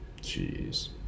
Jeez